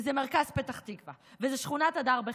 וזה מרכז פתח תקווה, וזו שכונת הדר בחיפה.